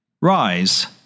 Rise